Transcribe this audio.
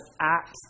acts